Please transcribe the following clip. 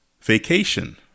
Vacation